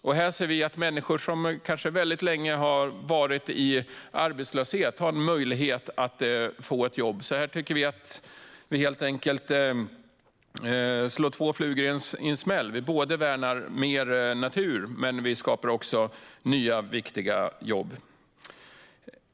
Vi tror att människor som har varit arbetslösa länge har en möjlighet att få ett jobb här. Vi slår helt enkelt två flugor i en smäll. Vi både värnar mer natur och skapar nya viktiga jobb.